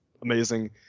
amazing